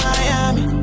Miami